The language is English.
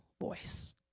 voice